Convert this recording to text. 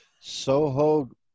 Soho